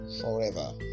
forever